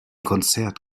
konzert